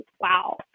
wow